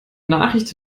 nachricht